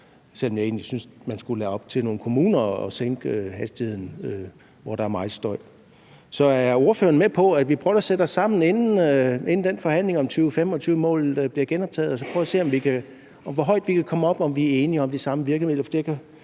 selv om jeg egentlig synes, det skulle være op til kommunerne at sænke hastigheden der, hvor der er meget støj. Så er ordføreren med på, at vi prøver at sætte os sammen, inden den forhandling om 2025-målet bliver genoptaget, og så prøver at se, hvor højt vi kan komme op, og om vi er enige om at bruge de samme virkemidler?